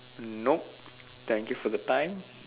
nope thank you for the time